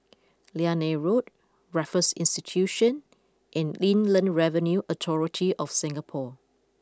Liane Road Raffles Institution and Inland Revenue Authority of Singapore